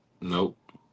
Nope